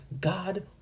god